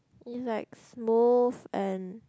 it's like smooth and